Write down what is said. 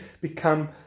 become